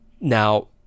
Now